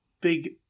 big